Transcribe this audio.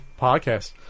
podcast